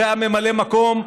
שהיה ממלא מקום,